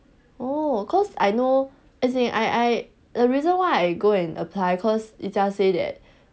oh cause I know as in I I the reason why I go and apply cause yi jia say that